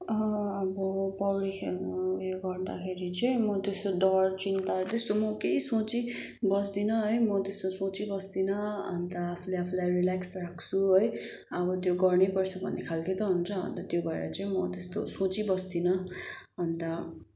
अब पौडी खेल्न उयो गर्दाखेरि चाहिँ म त्यस्तो डर चिन्ता त्यस्तो म केही सोची बस्दिनँ है म त्यस्तो सोची बस्दिनँ अन्त आफूले आफूलाई रिलेक्स राख्छु है अब त्यो गर्नैपर्छ भन्ने खालकै त हुन्छ अन्त त्यो भएर चाहिँ म त्यस्तो सोची बस्दिनँ अन्त